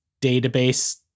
database